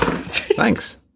Thanks